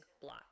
block